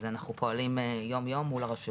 אז אנחנו פועלים יום יום אל מול הרשויות.